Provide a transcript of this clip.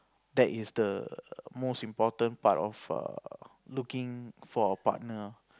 that is the most important part of err looking for a partner